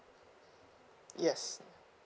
yes